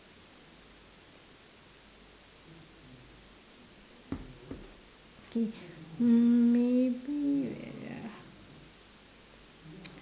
okay maybe wait ah